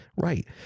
Right